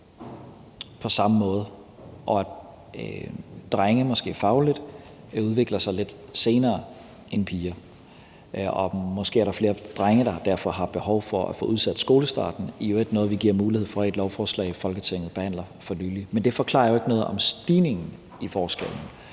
den samme måde, og at drengene måske fagligt udvikler sig lidt senere end pigerne, og at der måske derfor er flere drenge, der har behov for at få udsat skolestarten, hvilket i øvrigt er noget, som vi giver mulighed for med et lovforslag, som Folketinget for nylig har behandlet. Men det forklarer jo ikke noget om stigningen i forskellen,